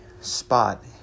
spot